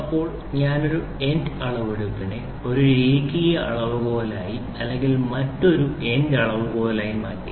ഇപ്പോൾ ഞാൻ ഒരു ഏൻഡ് അളവെടുപ്പിനെ ഒരു രേഖീയ അളവുകോലായി അല്ലെങ്കിൽ മറ്റൊരു ഏൻഡ് അളവുകോലാക്കി മാറ്റി